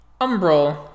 Umbral